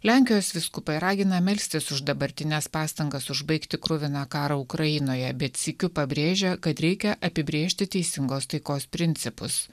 lenkijos vyskupai ragina melstis už dabartines pastangas užbaigti kruviną karą ukrainoje bet sykiu pabrėžia kad reikia apibrėžti teisingos taikos principus